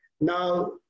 Now